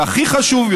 והכי חשוב,